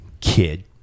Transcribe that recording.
kid